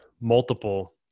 multiple